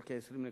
של כ-20 נקודות.